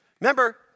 Remember